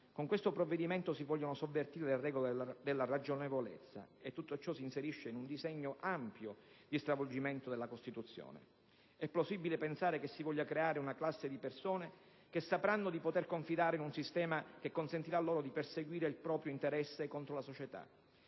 Con questo provvedimento si vogliono sovvertire le regole della ragionevolezza e tutto ciò si inserisce in un disegno ampio di stravolgimento della Costituzione. È plausibile pensare che si voglia creare una classe di persone che sapranno di poter confidare su un sistema che consentirà loro di perseguire il proprio interesse contro la società.